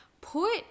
Put